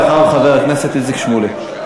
ואחריו, חבר הכנסת איציק שמולי.